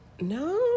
no